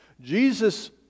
Jesus